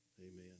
Amen